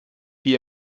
wie